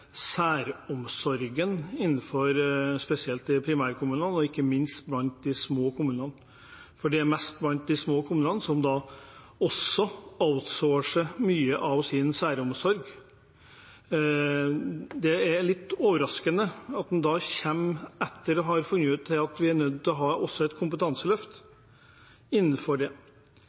særomsorgen, spesielt i primærkommunene og ikke minst i de små kommunene. Det er også i størst grad de små kommunene som outsourcer mye av sin særomsorg. Det er da litt overraskende at en kommer etter og har funnet ut at vi er nødt til å ha et kompetanseløft også innenfor det.